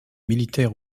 militaire